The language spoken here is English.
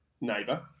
neighbor